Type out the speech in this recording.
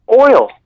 Oil